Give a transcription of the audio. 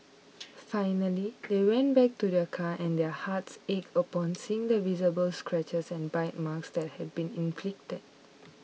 finally they went back to their car and their hearts ached upon seeing the visible scratches and bite marks that had been inflicted